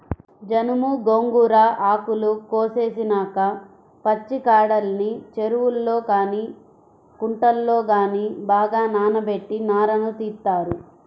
జనుము, గోంగూర ఆకులు కోసేసినాక పచ్చికాడల్ని చెరువుల్లో గానీ కుంటల్లో గానీ బాగా నానబెట్టి నారను తీత్తారు